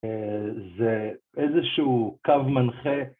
זה איזשהו קו מנחה